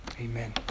amen